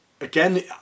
Again